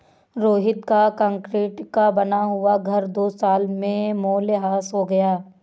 रोहित का कंक्रीट का बना हुआ घर दो साल में मूल्यह्रास हो गया